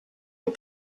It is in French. les